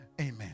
Amen